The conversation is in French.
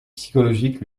psychologique